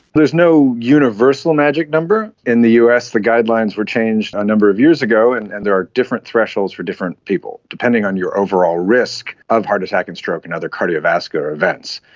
there is no universal magic number. in the us the guidelines were changed a number of years ago and and there are different thresholds for different people, depending on your overall risk of heart attack and stroke and other cardiovascular events.